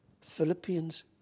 Philippians